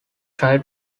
try